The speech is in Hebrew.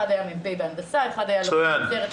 אחד היה מ"פ בהנדסה ואחד היה לוחם --- מצוין.